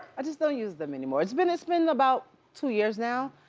i just don't use them anymore. it's been it's been about two years now.